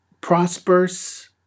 prosperous